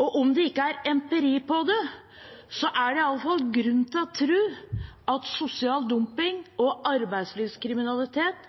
Om det ikke er empiri for det, er det i alle fall grunn til å tro at sosial dumping og arbeidslivskriminalitet